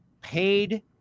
paid